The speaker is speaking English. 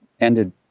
ended